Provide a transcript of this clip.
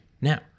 Now